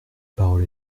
parole